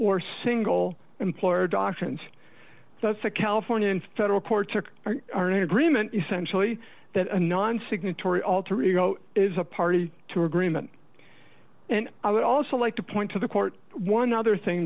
or single employer doctrines that's a californian federal court took an agreement essentially that a non signatory alter ego is a party to agreement and i would also like to point to the court one other thing